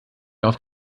auf